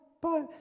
bye